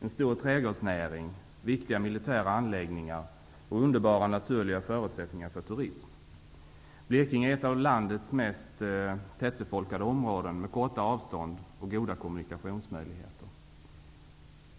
en stor trädgårdsnäring, viktiga militära anläggningar och underbara naturliga förutsättningar för turism. Blekinge är ett av landets mest tättbefolkade områden med korta avstånd och goda kommunikationsmöjligheter.